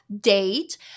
date